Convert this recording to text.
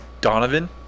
Donovan